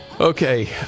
Okay